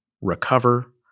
recover